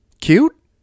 cute